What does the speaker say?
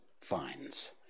fines